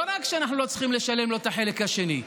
לא רק שאנחנו לא צריכים לשלם לו את החלק השני,